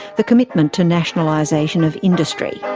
the commitment to nationalisation of industry.